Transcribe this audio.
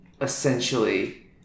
essentially